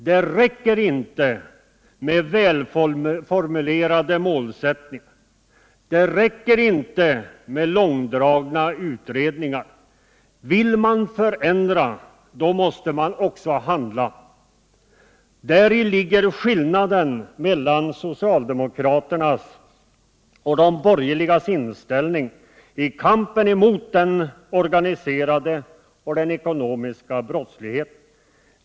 Det räcker inte med välformulerade målsättningar. Det räcker inte med långdragna utredningar. Vill man förändra, då måste man också handla. Däri ligger skillnaden mellan socialdemokraternas och de borgerligas inställning till kampen mot den organiserade och den ekonomiska brottsligheten.